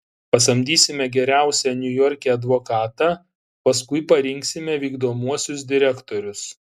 pasamdysime geriausią niujorke advokatą paskui parinksime vykdomuosius direktorius